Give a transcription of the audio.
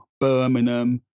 Birmingham